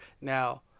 now